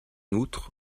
outre